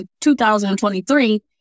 2023